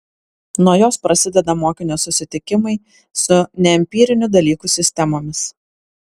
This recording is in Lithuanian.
nuo jos prasideda mokinio susitikimai su neempirinių dalykų sistemomis